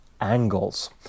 angles